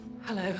Hello